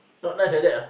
not nice like that ah